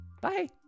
bye